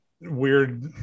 weird